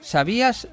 ¿Sabías